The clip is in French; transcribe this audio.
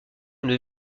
comme